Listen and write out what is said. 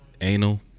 Anal